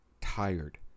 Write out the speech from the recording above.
tired